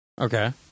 Okay